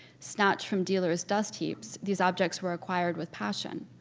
snatched from dealers' dust heaps, these objects were acquired with passion.